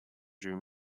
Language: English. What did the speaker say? drew